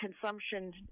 consumption